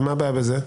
ומה הבעיה בזה?